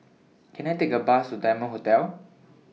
Can I Take A Bus to Diamond Hotel